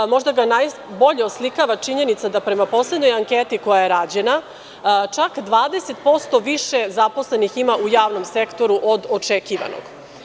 Možda ga najbolje oslikava činjenica da prema poslednjoj anketi koja je rađena čak 20% više zaposlenih ima u javnom sektoru od očekivanog.